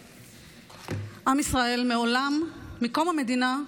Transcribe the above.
עם ישראל, מעולם, מקום המדינה,